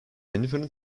infinite